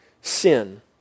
sin